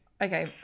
Okay